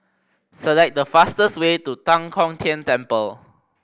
select the fastest way to Tan Kong Tian Temple